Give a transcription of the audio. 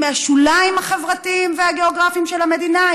מהשוליים החברתיים והגיאוגרפיים של המדינה,